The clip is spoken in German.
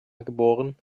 geboren